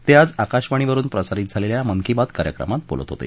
ते आज आकाशवाणीवरून प्रसारित झालेल्या मन की बात कार्यक्रमात बोलत होते